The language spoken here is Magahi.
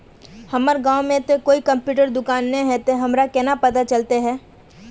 हमर गाँव में ते कोई कंप्यूटर दुकान ने है ते हमरा केना पता चलते है?